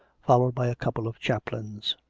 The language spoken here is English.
followed by a couple of chaplains.